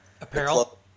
apparel